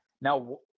Now